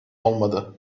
olmadı